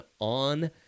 on